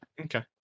Okay